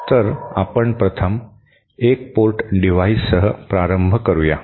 तर आपण प्रथम 1 पोर्ट डिव्हाइससह प्रारंभ करूया